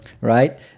right